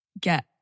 get